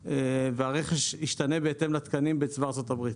והרכש ישתנה בהתאם לתקנים בצבא ארצות הברית.